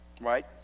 right